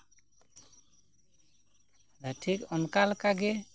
ᱴᱷᱤᱠ ᱚᱱᱠᱟᱞᱮᱠᱟ ᱜᱮ